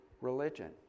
religion